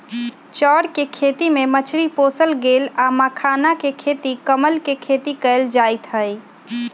चौर कें खेती में मछरी पोशल गेल आ मखानाके खेती कमल के खेती कएल जाइत हइ